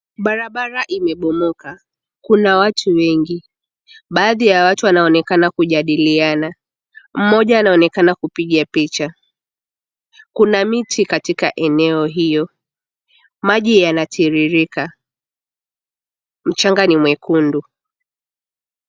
Barabara imebomoka. Kuna watu wengi. Baadhi ya watu wanaonekana kujadiliana mmoja anaonekana kupiga picha. Kuna miti katika eneo hili. Maji yanatiririka. Mchanga ni mwekundu.